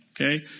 okay